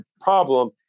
problem